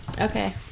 Okay